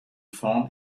vorn